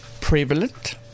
prevalent